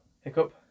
Hiccup